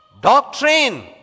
Doctrine